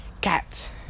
Cats